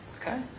Okay